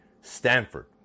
Stanford